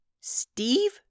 Steve